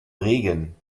regen